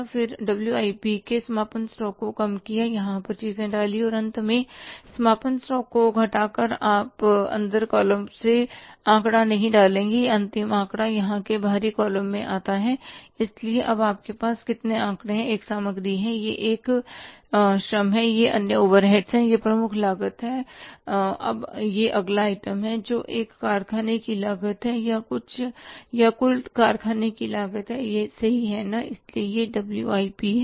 फिर W I P के समापन स्टॉक को कम किया यहां पर चीजें डाली लेकिन अंत में समापन स्टॉक को घटाकर आप अंदर कॉलम में आंकड़ा नहीं डालेंगे यह अंतिम आंकड़ा यहां के बाहरी कॉलम में आता है इसलिए अब आपके पास कितने आंकड़े हैं एक सामग्री है यह एक श्रम है यह अन्य ओवरहेड्स है यह प्रमुख लागत है और अब यह अगला आइटम है जो एक कारखाने की लागत है या कुल कारखाने की लागत सही है ना इसलिए यह डब्ल्यूआईपी ट्रीटमेंट है